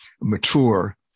mature